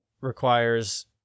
requires